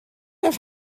have